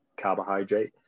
carbohydrate